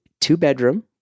two-bedroom